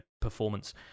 performance